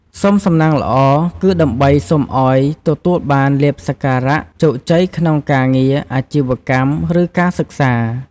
សុំសំណាងល្អ គឺដើម្បីសុំឱ្យ ទទួលបានលាភសក្ការៈ ជោគជ័យក្នុងការងារ អាជីវកម្ម ឬ ការសិក្សា។